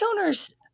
owners